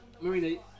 Marina